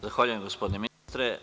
Zahvaljujem gospodine ministre.